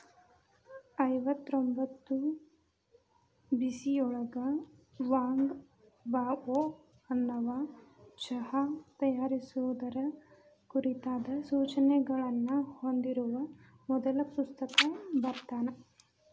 ಐವತ್ತರೊಂಭತ್ತು ಬಿಸಿಯೊಳಗ Wang Bao ಅನ್ನವಾ ಚಹಾ ತಯಾರಿಸುವುದರ ಕುರಿತಾದ ಸೂಚನೆಗಳನ್ನ ಹೊಂದಿರುವ ಮೊದಲ ಪುಸ್ತಕ ಬರ್ದಾನ